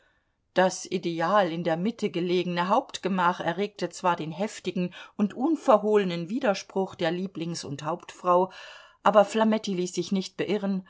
das ideal in der mitte gelegene hauptgemach erregte zwar den heftigen und unverhohlenen widerspruch der lieblings und hauptfrau aber flametti ließ sich nicht beirren